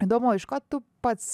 įdomu iš ko tu pats